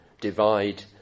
divide